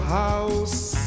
house